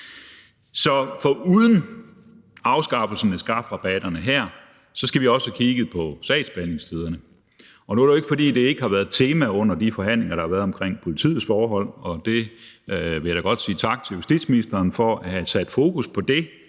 Så foruden afskaffelsen af strafrabatterne her skal vi også have kigget på sagsbehandlingstiderne. Nu er det jo ikke, fordi det ikke har været et tema under de forhandlinger, der har været omkring politiets forhold, og de forhold vil jeg da godt sige tak til justitsministeren for at have sat fokus på. Det